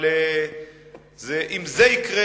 אבל אם זה יקרה,